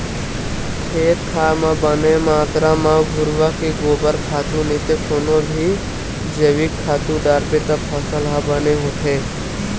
खेत खार म बने मातरा म घुरूवा के गोबर खातू नइते कोनो भी जइविक खातू डारबे त फसल ह बने होथे